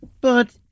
But